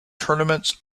tournaments